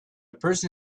person